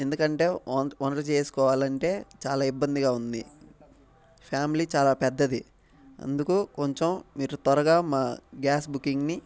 ఎందుకంటే వొన్ వంట చేసుకోవాలంటే చాలా ఇబ్బందిగా ఉంది ఫ్యామిలీ చాలా పెద్దది అందుకు కొంచెం మీరు త్వరగా గ్యాస్ బుకింగ్ని